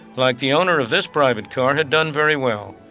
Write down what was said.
like the owner of this private car, had done very well.